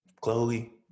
Chloe